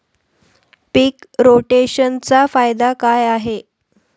पीक रोटेशनचा फायदा काय आहे?